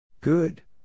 Good